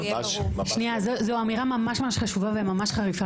זו אמירה ממש חשובה וחריפה.